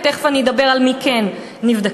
ותכף אני אדבר מי כן נבדקים,